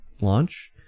launch